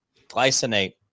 Glycinate